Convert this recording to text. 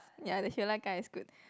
ya that he'll like guy is good